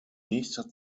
nächster